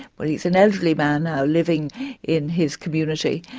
well, he's an elderly man now living in his community,